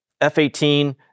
F-18